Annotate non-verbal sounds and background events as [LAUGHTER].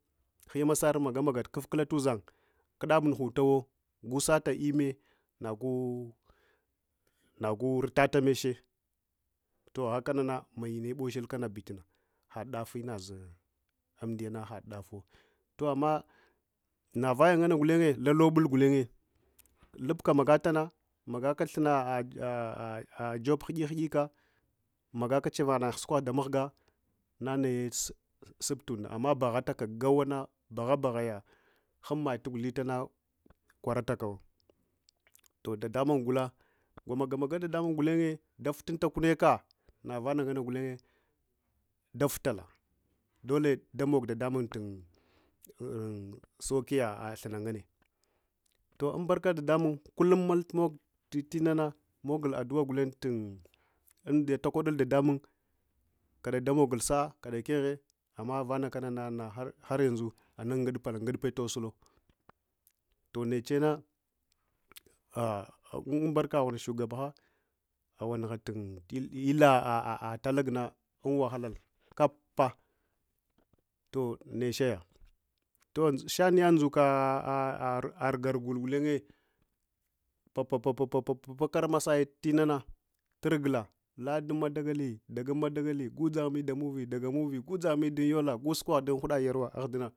Maga maga kufkula tuzang kuɗabu nuhutawo gunsatun imme nagu vutatameche toh’ahache kanaa mayinana boshul bituna had dafu, inaza amdiya na hadafu “toh” amma navaya nganna gulenye lalobul gulenye lubna maguta magaka job hudikhudi a magaka chafenah sukohɗa mahg nanaye she suptunda amma bahatabuka gawana bahabahaya hum maya tugutha tawa kwaratabbkawa. Toh’ daɗamun gula gwama magamaga ɗaɗamun gulenye dafutunta kunneka, vana nganne gulenye ɗafutunta ɗaputula ɗole damok ɗaɗamun tu tukutun saukiya tuna nganne “toh” ambarka ɗaɗa mun kullumma tumogw tinana, mogul aɗɗu’a am ɗiya gulen tako ɗultil ɗaɗamun koɗamogul sa’a kaɗa ɗakehe amma vananakanana haryanzu anna unguɗpal ngu dpe tosulo toh neche [HESITATION] anbarkahun shura k kaabbah “toh” neche toh shamya iga [HESITATION] rugul gulenye papa pa karmas aye tinana turgula ladun madagali daga madagali gudzahami ɗun mubi daga mubi gudzahami ɗun yola guɗzaha ɗun huda yaruk ahɗuna